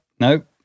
nope